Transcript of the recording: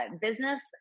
Business